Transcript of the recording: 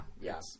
yes